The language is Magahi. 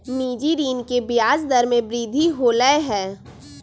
निजी ऋण के ब्याज दर में वृद्धि होलय है